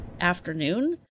afternoon